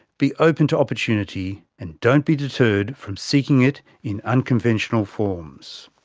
be open to opportunity and don't be deterred from seeking it in unconventional forms.